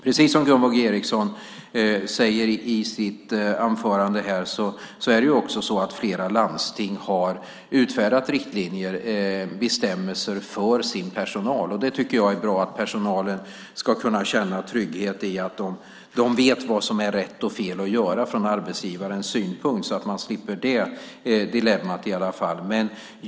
Precis som Gunvor G Ericson säger i sitt anförande har också flera landsting utfärdat riktlinjer och bestämmelser för sin personal. Jag tycker att det är bra. Personalen ska kunna känna trygghet i att den vet vad som är rätt eller fel att göra från arbetsgivarens synpunkt så att den i varje fall slipper det dilemmat.